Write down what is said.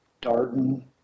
Darton